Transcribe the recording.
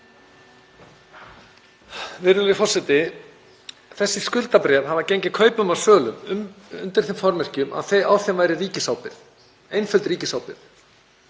Virðulegur forseti. Þessi skuldabréf hafa gengið kaupum og sölum undir þeim formerkjum að á þeim væri ríkisábyrgð, einföld ríkisábyrgð,